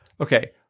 Okay